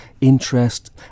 interest